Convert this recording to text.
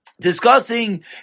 discussing